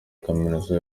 kaminuza